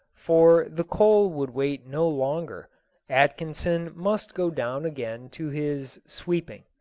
for the coal would wait no longer atkinson must go down again to his sweeping.